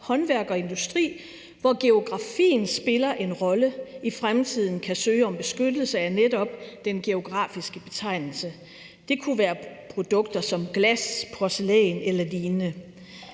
håndværk og industri, hvor geografien spiller en rolle, i fremtiden kan søge om beskyttelse af netop den geografiske betegnelse. Det kunne være produkter som glas, porcelæn eller lignende.